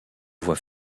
voie